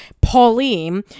Pauline